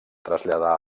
traslladar